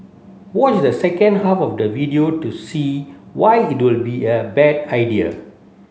watch the second half of the video to see why it will be a bad idea